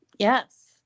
Yes